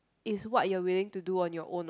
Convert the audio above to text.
is what you willing to do on your own what